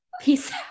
Peace